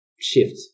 shift